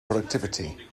productivity